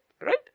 Right